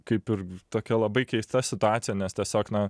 kaip ir tokia labai keista situacija nes tiesiog na